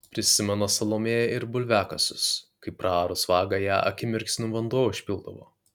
prisimena salomėja ir bulviakasius kai praarus vagą ją akimirksniu vanduo užpildavo